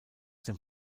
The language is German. dem